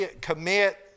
commit